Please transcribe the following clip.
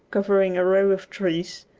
covering a row of trees,